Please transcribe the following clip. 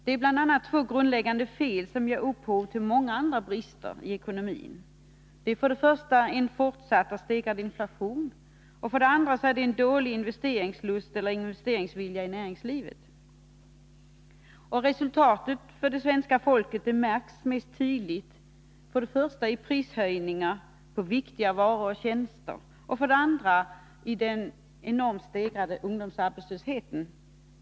Det är bl.a. två grundläggande fel som ger upphov till många andra brister i ekonomin. Det är för det första en fortsatt och stegrad inflation. För det andra är det en dålig investeringslust eller investeringsvilja i näringslivet. Resultatet för det svenska folket märks mest tydligt för det första i prishöjningar på viktiga varor och tjänster och för det andra i den enormt stegrade ungdomsarbetslösheten.